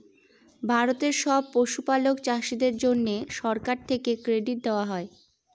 ভারতের সব পশুপালক চাষীদের জন্যে সরকার থেকে ক্রেডিট দেওয়া হয়